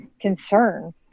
concern